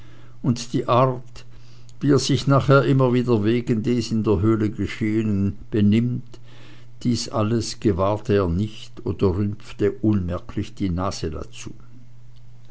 und die art wie er sich nachher immer wieder wegen des in der höhle gesehenen benimmt dies alles gewahrte er nicht oder rümpfte unmerklich die nase dazu